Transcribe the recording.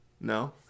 No